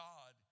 God